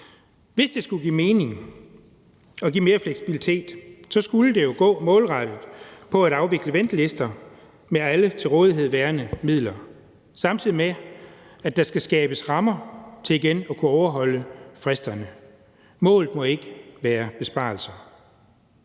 Hvis det skulle give mening og give mere fleksibilitet, skulle det jo gå målrettet på at afvikle ventelister med alle til rådighed værende midler, samtidig med at der skabes rammer til igen at kunne overholde fristerne. Målet må ikke være besparelser.